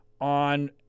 On